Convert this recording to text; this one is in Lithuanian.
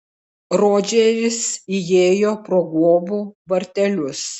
rodžeris įėjo pro guobų vartelius